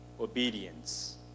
obedience